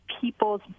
people's